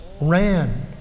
ran